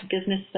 business